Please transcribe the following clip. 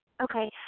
okay